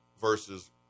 versus